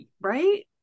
right